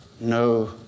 no